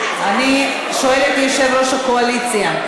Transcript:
אני שואלת את יושב-ראש הקואליציה,